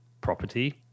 property